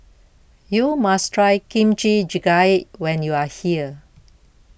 you must try Kimchi Jjigae when you are here